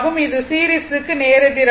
இது சீரிசுக்கு நேர் எதிர் ஆகும்